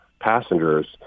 passengers